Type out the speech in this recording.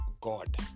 God